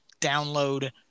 download